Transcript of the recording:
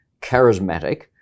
charismatic